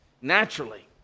Naturally